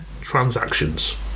transactions